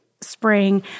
spring